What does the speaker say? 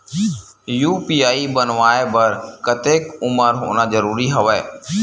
UPI बनवाय बर कतेक उमर होना जरूरी हवय?